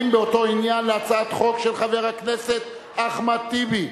אנחנו עוברים באותו עניין להצעת חוק של חבר הכנסת אחמד טיבי.